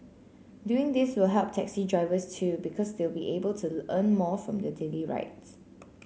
doing this will help taxi drivers too because they'll be able to earn more from their daily rides